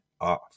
off